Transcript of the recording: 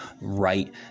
right